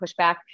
pushback